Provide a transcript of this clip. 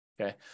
Okay